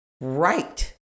right